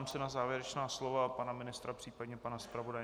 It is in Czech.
Ptám se na závěrečná slova pana ministra, případně pana zpravodaje?